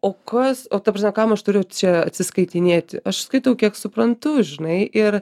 o kas o kam aš turiu čia atsiskaitinėti aš skaitau kiek suprantu žinai ir